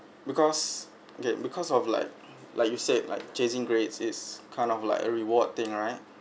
because okay because of like like you said like chasing grades is kind of like a reward thing right